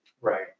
Right